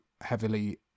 heavily